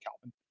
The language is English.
calvin